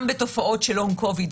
גם תופעות של לונג קוביד,